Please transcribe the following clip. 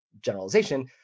generalization